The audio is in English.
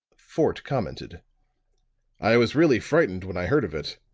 fort commented i was really frightened when i heard of it.